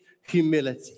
humility